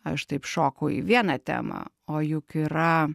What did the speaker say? aš taip šoku į vieną temą o juk yra